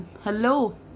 Hello